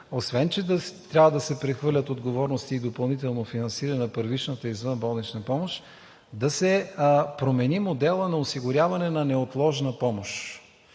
освен че трябва да се прехвърлят отговорности и допълнително финансиране на първичната извънболнична помощ, да се промени моделът на осигуряване на неотложна помощ.